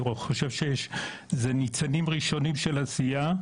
אני חושב שאלה ניצנים ראשונים של עשייה.